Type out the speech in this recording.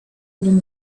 even